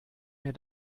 mir